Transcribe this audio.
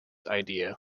idea